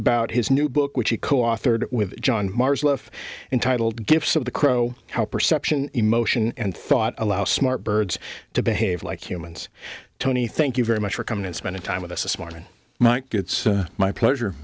about his new book which he coauthored with john marshall if entitled gifts of the crow how perception emotion and thought allow smart birds to behave like humans tony thank you very much for coming and spending time with us this morning mike gets my pleasure